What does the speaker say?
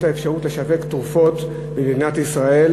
את האפשרות לשווק תרופות במדינת ישראל,